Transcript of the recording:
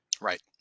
Right